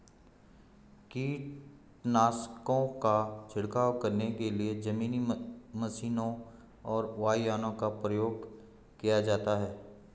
कीटनाशकों का छिड़काव करने के लिए जमीनी मशीनों और वायुयानों का उपयोग किया जाता है